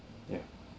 yup